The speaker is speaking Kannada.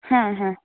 ಹಾಂ ಹಾಂ